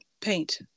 paint